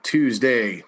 Tuesday